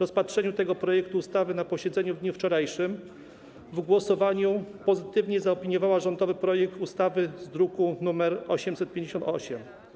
rozpatrzeniu tego projektu ustawy na posiedzeniu w dniu wczorajszym, w głosowaniu pozytywnie zaopiniowała rządowy projekt ustawy z druku nr 858.